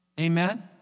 Amen